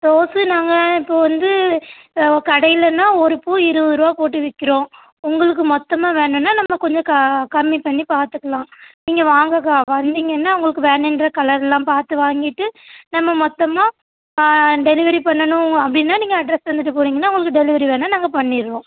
rose நாங்கள் இப்போ வந்து கடைலேன்னா ஒரு பூ இருபது ருபா போட்டு விற்கிறோம் உங்களுக்கு மொத்தமாக வேணுன்னால் நம்ம கொஞ்சம் க கம்மி பண்ணி பார்த்துக்கலாம் நீங்கள் வாங்கக்கா வந்தீங்கன்னால் உங்களுக்கு வேணுங்ற கலரெல்லாம் பார்த்து வாங்கிகிட்டு நம்ம மொத்தமாக டெலிவரி பண்ணணும் அப்படின்னா நீங்கள் அட்ரஸ் தந்துவிட்டு போனீங்கன்னால் உங்களுக்கு டெலிவரி வேணுன்னால் நாங்கள் பண்ணிடுவோம்